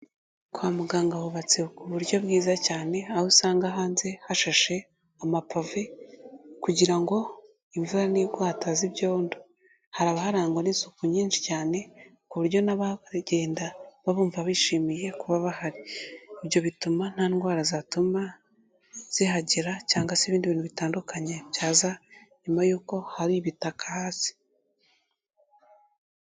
Kwa muganga hubatse ku buryo bwiza cyane, aho usanga hanze hashashe amapave, kugira ngo imvura nigwa hataza ibyondo, haraba harangwa n'isuku nyinshi cyane ku buryo n'aba baragenda baba bumva bishimiye kuba bahari, ibyo bituma nta ndwara zatuma zihagera cyangwa se ibindi bintu bitandukanye byaza nyuma y'uko hari ibitaka hasi.